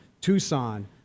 Tucson